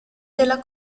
della